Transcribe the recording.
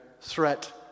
Threat